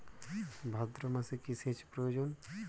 ভাদ্রমাসে কি সেচ প্রয়োজন?